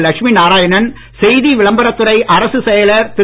லட்சுமி நாராயணன் செய்தி விளம்பரத் துறை அரசுச் செயலர் திரு